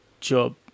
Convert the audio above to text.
job